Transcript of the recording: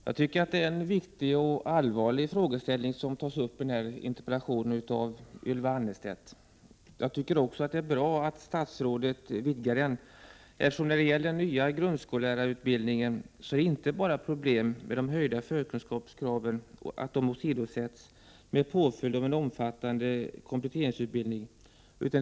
Herr talman! Det är en viktig och allvarlig frågeställning som tas upp i denna interpellation av Ylva Annerstedt. Jag tycker också att det är bra att statsrådet vidgar den, eftersom problemen när det gäller den nya grundskollärarutbildningen inte bara sammanhänger med att de höjda förkunskapskraven åsidosätts, med en omfattande kompletteringsutbildning som följd.